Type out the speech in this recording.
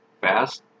Fast